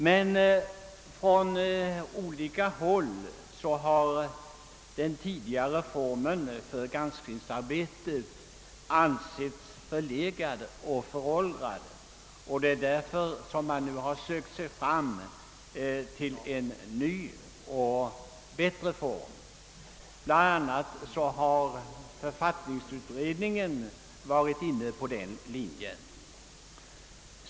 Men från olika håll har man ansett den tidigare formen för granskningsarbetet förlegad och föråldrad. Det är därför man nu sökt sig fram till en ny och bättre form — bland annat har författningsutredningen varit inne på den linjen.